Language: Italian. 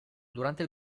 durante